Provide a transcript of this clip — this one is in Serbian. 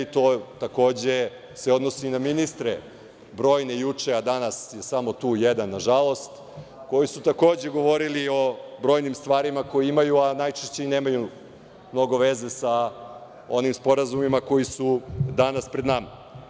To se takođe odnosi i na ministre brojne juče, a danas je samo tu jedan nažalost, koji su takođe govorili o brojnim stvarima koje imaju, a najčešće nemaju mnogo veze sa onim sporazumima koji su danas pred nama.